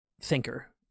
thinker